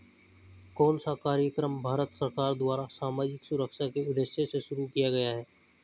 कौन सा कार्यक्रम भारत सरकार द्वारा सामाजिक सुरक्षा के उद्देश्य से शुरू किया गया है?